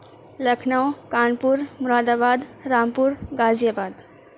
Lucknow Kanpur Moradabad Rampur غازی آباد